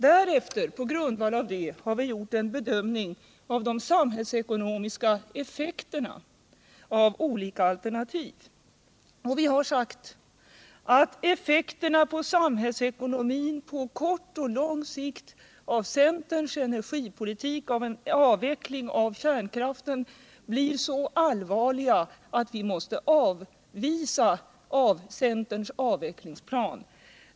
Därefter har vi på grundval härav gjort en bedömning av de samhällsekonomiska effekterna av olika alternativ. Vi har sagt att effekterna på samhällsekonomin på kort och på lång sikt av centerns energipolitik, av en avveckling av kärnkraften, blir så allvarliga att vi måste avvisa centerns avvecklingsplan.